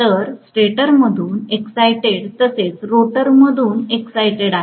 तर स्टेटरमधून एक्सायटेड तसेच रोटरमधून एक्सायटेड आहे